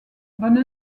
bonne